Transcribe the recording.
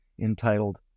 entitled